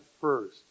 first